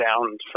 down